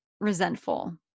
resentful